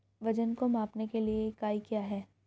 वजन को मापने के लिए इकाई क्या है?